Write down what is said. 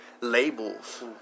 Labels